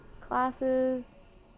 Classes